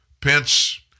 Pence